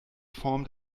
form